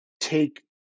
take